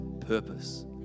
purpose